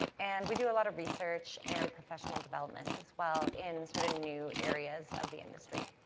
and we do a lot of research and professional development as well in, sort of, new areas of the industry.